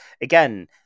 again